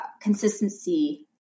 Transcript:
consistency